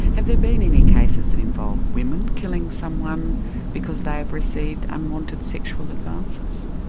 have there been any cases that involve women killing someone because they have received unwanted sexual advances?